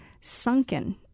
sunken